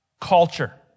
culture